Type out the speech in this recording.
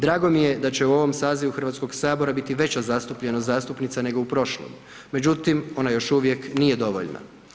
Drago mi je da će u ovom sazivu Hrvatskog sabora biti veća zastupljenost zastupnica nego u prošlom međutim ona još uvijek nije dovoljna.